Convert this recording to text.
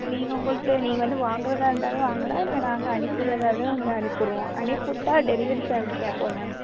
நீங்கள் உங்கள்கிட்ட நீங்கள் வந்து வாங்குவதா இருந்தாலும் வாங்கலாம் இல்லை நாங்கள் அனுப்பி விடறதா இருந்தாலும் அனுப்பி விடுவோம் அனுப்பி விட்டா டெலிவரி சார்ஜு கேட்போம் மேம்